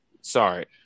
Sorry